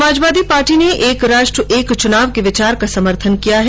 समाजवादी पार्टी ने एक राष्ट्र एक चुनाव के विचार का समर्थन किया है